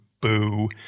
boo